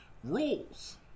Rules